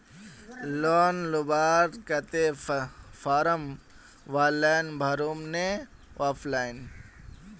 Loan लुबार केते form online भरुम ने ऑफलाइन?